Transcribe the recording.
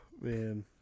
man